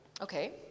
Okay